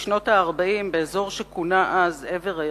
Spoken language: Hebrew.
בשנות ה-40 באזור שכונה אז עבר-הירקון,